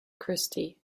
christie